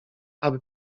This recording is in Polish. aby